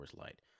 Light